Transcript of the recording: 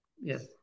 Yes